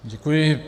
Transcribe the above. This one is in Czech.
Děkuji.